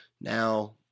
Now